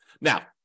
Now